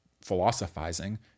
philosophizing